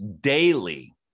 daily